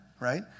right